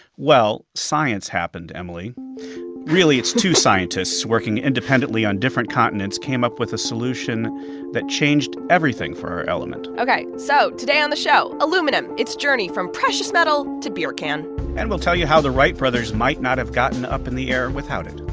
well, science happened, emily really, it's two scientists working independently on different continents came up with a solution that changed everything for our element ok. so today on the show aluminum, its journey from precious metal to beer can and we'll tell you how the wright brothers might not have gotten up in the air without it